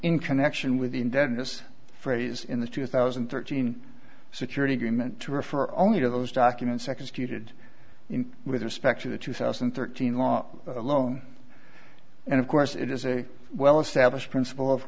in connection with the indebtedness phrase in the two thousand and thirteen security agreement to refer only to those documents executed in with respect to the two thousand and thirteen law alone and of course it is a well established principle of